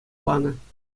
панӑ